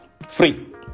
free